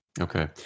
Okay